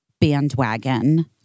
bandwagon